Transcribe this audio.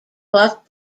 off